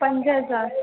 पंज हज़ार